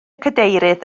cadeirydd